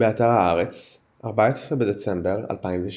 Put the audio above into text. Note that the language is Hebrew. באתר הארץ, 14 בדצמבר 2016